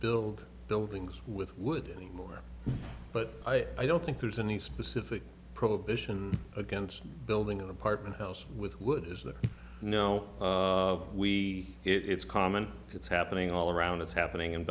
build buildings with wood more but i don't think there's any specific prohibition against building an apartment house with wood is that you know we it's common it's happening all around it's happening